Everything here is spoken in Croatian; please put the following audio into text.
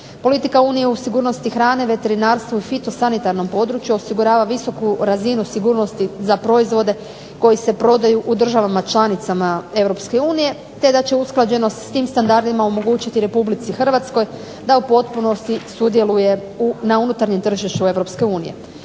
politika Unije u sigurnosti hrane, veterinarstvo i fitosanitarnom području osigurava visoku razinu sigurnosti za proizvode koji se prodaju u državama članicama EU te da će usklađenost s tim standardima omogućiti RH da u potpunosti sudjeluje na unutarnjem tržištu EU.